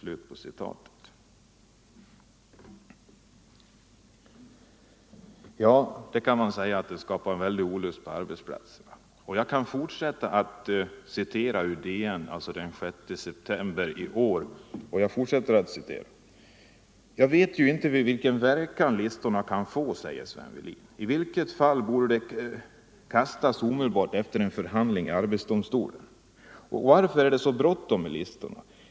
Ja, man kan verkligen säga att det skapar en stor olust på arbetsplatserna. Jag citerar ur Dagens Nyheter: ”Vi vet ju inte vilken verkan listorna kan få, säger Sven Wehlin. I vilket fall borde de kastas omedelbart efter förhandlingar i Arbetsdomstolen. —- Och varför är det så bråttom med listorna.